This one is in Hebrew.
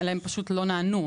אלא הם פשוט לא נענו.